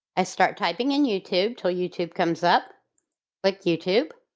i start typing in youtube to youtube comes up like youtube.